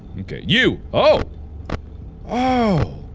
mmkay you! oh oh